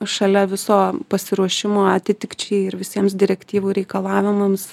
šalia viso pasiruošimo atitikčiai ir visiems direktyvų reikalavimams